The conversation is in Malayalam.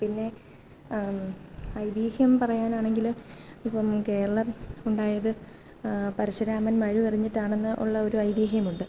പിന്നെ ഐതിഹ്യം പറയാനാണെങ്കില് ഇപ്പോള് കേരളം ഉണ്ടായത് പരശുരാമൻ മഴു എറിഞ്ഞിട്ടാണെന്ന് ഉള്ള ഒരു ഐതിഹ്യമുണ്ട്